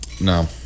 No